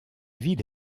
ville